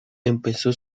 empezó